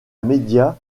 media